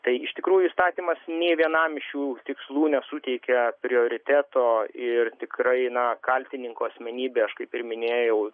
tai iš tikrųjų įstatymas nė vienam šių tikslų nesuteikia prioriteto ir tikrai na kaltininko asmenybė aš kaip ir minėjau